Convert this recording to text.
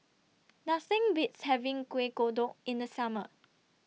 Nothing Beats having Kuih Kodok in The Summer